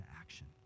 action